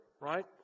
right